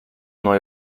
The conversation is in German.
neue